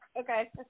Okay